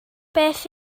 beth